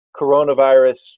coronavirus